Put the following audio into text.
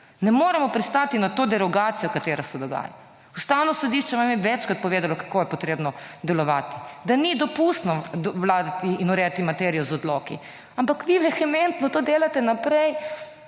Ne moremo pristati na to derogacijo katera se dogaja. Ustavno sodišče vam je večkrat povedalo kako je potrebno delovati, da ni dopustno vladati in urejati materijo z odloki, ampak vi vehementno to delate naprej,